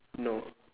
no